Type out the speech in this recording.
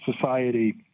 society